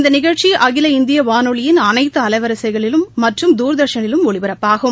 இந்த நிகழ்ச்சி அகில இந்திய வானொலியின் அனைத்து அலைவரிசைகளிலும் மற்றும் தூர்தர்ஷனிலும் ஒலிபரப்பாகும்